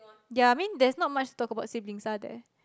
ya I mean there's not much to talk about siblings are there